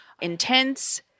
intense